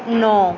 ਨੌਂ